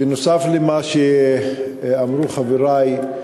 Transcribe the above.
נוסף על מה שאמרו חברי,